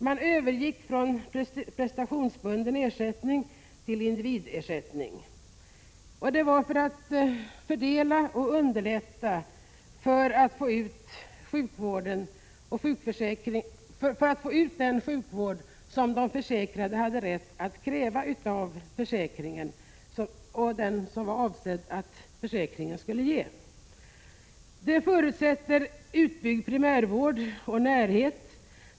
Man övergick från prestationsbunden ersättning till individersättning, för att underlätta att få ut den sjukvård som de försäkrade hade rätt att kräva av försäkringen och som det var avsett att försäkringen skulle ge. Det förutsätter utbyggd primärvård och närhet.